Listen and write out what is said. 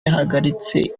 yahagaritse